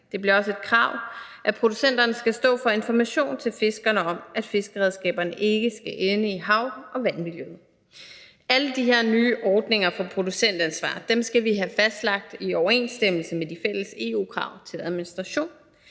Det bliver også et krav, at producenterne skal stå for information til fiskerne om, at fiskeredskaberne ikke skal ende i hav- og vandmiljøet. Alle de her nye ordninger for producentansvar skal vi have fastlagt i overensstemmelse med de fælles EU-krav til administration.